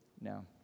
now